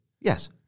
Yes